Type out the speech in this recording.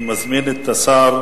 אני מזמין את השר